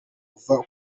uva